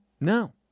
No